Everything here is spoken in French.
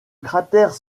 cratère